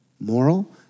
moral